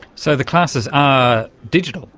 so the classes are digital,